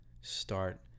start